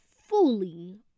fully